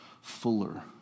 fuller